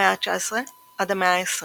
המאה ה-19 עד המאה ה-20